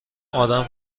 آدم